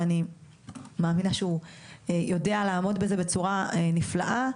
ואני מאמינה שהוא יודע לעמוד בזה בצורה נפלאה.